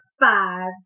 five